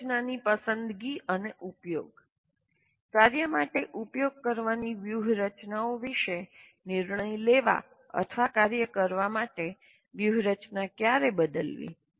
વ્યૂહરચનાની પસંદગી અને ઉપયોગ કાર્ય માટે ઉપયોગ કરવાની વ્યૂહરચનાઓ વિશે નિર્ણય લેવા અથવા કાર્ય કરવા માટે વ્યૂહરચના ક્યારે બદલવી